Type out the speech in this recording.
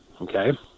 Okay